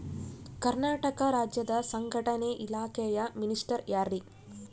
ಕರ್ನಾಟಕ ರಾಜ್ಯದ ಸಂಘಟನೆ ಇಲಾಖೆಯ ಮಿನಿಸ್ಟರ್ ಯಾರ್ರಿ?